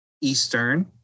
Eastern